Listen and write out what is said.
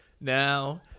now